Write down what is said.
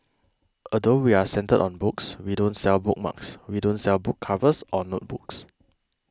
although we're centred on books we don't sell bookmarks we don't sell book covers or notebooks